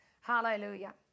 Hallelujah